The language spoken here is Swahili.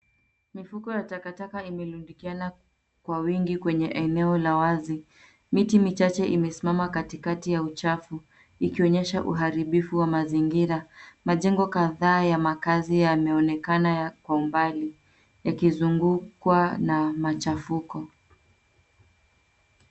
Mifuko ya takataka imerundikiani kwa wingi kwenye uwazi. Miti michache imesimama katikati ya uchafu ikionyesha uharibifu wa mazingira. Majengo kadhaa ya makazi yameonekana kwa umbali yakizungukwa na machafuko.